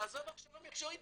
תעזוב הכשרה מקצועית,